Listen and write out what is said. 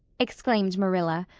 exclaimed marilla.